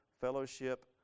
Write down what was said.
fellowship